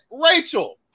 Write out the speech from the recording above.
Rachel